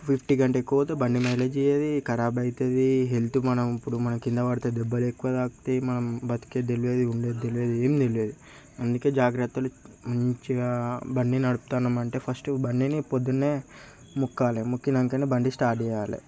fifty కంటే ఎక్కువ పోతే బండి మైలేజ్ ఇవ్వదు ఖరాబైతది హెల్త్ మనం ఇప్పుడు మనం కింద పడితే దెబ్బలు ఎక్కువ తాకితే మనం బతికేది దెల్వది ఉండేది దెల్వది ఏం దెల్వది అందుకే జాగ్రత్తలు మంచిగా బండి నడుపుతున్నాం అంటే ఫస్టు బండిని పొద్దున్నే మొక్కాలే మొక్కినాకనే బండి స్టార్ట్ చేయాలే